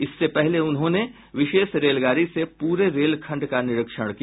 इससे पहले उन्होंने ने विशेष रेलगाड़ी से पूरे रेलखंड का निरीक्षण किया